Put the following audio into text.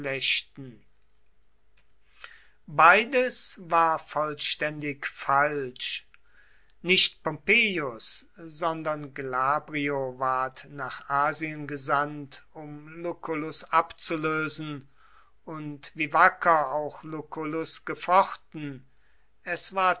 beides war vollständig falsch nicht pompeius sondern glabrio ward nach asien gesandt um lucullus abzulösen und wie wacker auch lucullus gefochten es war